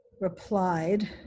replied